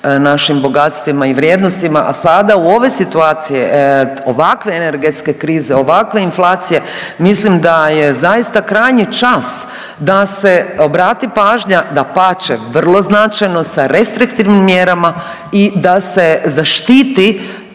našim bogatstvima i vrijednostima, a sada u ove situacije, ovakve energetske krize, ovakve inflacije, mislim da je zaista krajnji čas da se obrati pažnja, dapače, vrlo značajno, sa restriktivnim mjerama i da se zaštiti